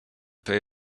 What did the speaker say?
pay